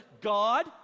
God